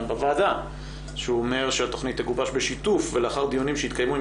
בוועדה שאומר שהתוכנית שתגובש בשיתוף ולאחר דיונים שהתקיימו עם